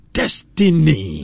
destiny